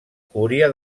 cúria